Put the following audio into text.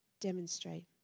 demonstrate